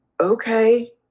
okay